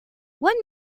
what